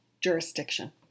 Jurisdiction